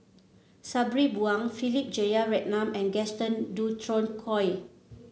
Sabri Buang Philip Jeyaretnam and Gaston Dutronquoy